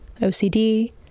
OCD